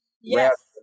Yes